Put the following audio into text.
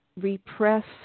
repress